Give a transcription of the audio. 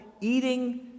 eating